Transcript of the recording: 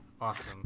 Awesome